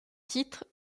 titre